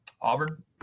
Auburn